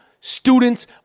students